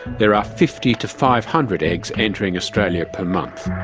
there are fifty to five hundred eggs entering australia per month,